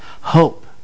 hope